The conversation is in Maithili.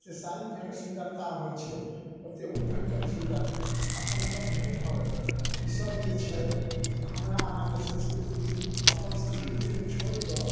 जतेक साड़ी पहिरिके सुन्दरता होइ छै ओतेक ओ पहिरिके भी सुन्दर हइ अपन अपन भेदभाव रहै ईसब जे छै से हमर अहाँके संस्कृति अपन संस्कृतिके छोड़िकऽ